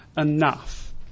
enough